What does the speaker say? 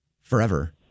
Forever